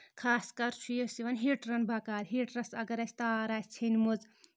خاص کَر چھُ یُس یِوان ہیٖٹرَن بَکار ہیٖٹرَس اگر اَسہِ تار آسہِ ژھیٚنمٕژ